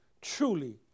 Truly